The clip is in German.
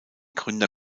gründer